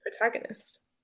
protagonist